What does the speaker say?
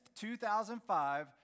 2005